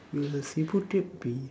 will Cebu trip be